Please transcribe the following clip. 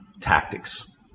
tactics